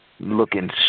looking